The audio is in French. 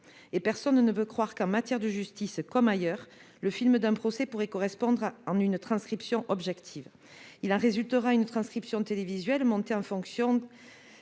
et personne ne peut croire qu'en matière de justice, comme ailleurs, le film d'un procès pourrait correspondre à une transcription objective. Il en résultera une transcription télévisuelle montée en fonction